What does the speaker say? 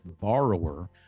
borrower